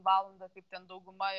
valandą kaip ten dauguma